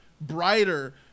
brighter